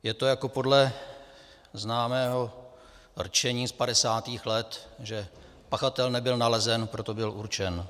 Je to jako podle známého rčení z 50. let, že pachatel nebyl nalezen, proto byl určen.